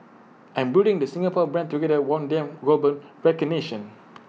and building the Singapore brand together won them global recognition